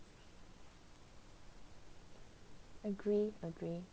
agree agree